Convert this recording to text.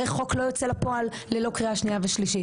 הרי חוק לא יוצא לפועל ללא קריאה שנייה ושלישית.